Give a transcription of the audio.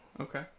Okay